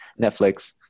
Netflix